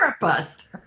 Therapist